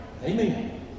Amen